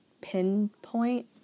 pinpoint